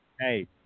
Hey